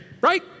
right